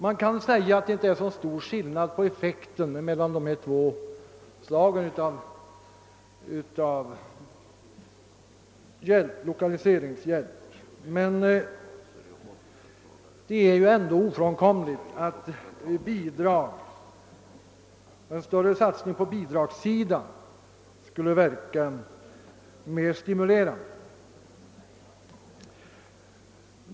Man kan säga att det inte är så stor skillnad i fråga om effekten mellan dessa två slag av lokaliseringshjälp. Men det är ändå ofrånkomligt att en större satsning på bidragssidan skulle verka mer stimulerande.